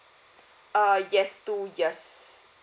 uh yes two years